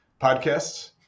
podcasts